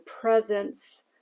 presence